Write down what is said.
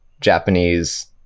Japanese